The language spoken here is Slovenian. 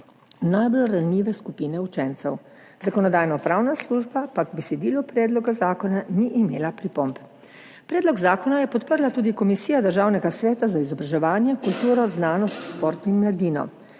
najbolj ranljive skupine učencev. Zakonodajno-pravna služba pa k besedilu predloga zakona ni imela pripomb. Predlog zakona je podprla tudi Komisija Državnega sveta za izobraževanje, kulturo, znanost, šport in mladino.